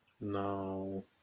No